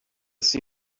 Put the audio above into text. see